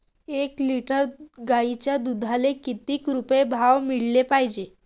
एक लिटर गाईच्या दुधाला किती रुपये भाव मिळायले पाहिजे?